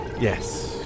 Yes